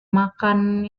makan